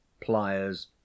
pliers